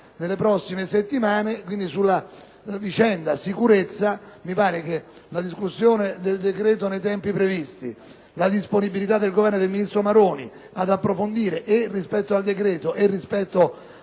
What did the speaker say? nelle prossime settimane. Sulla vicenda sicurezza, mi pare che la discussione del decreto nei tempi previsti e la disponibilità del Governo e del ministro Maroni ad approfondire - e rispetto al decreto e rispetto